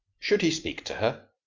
should he speak to her?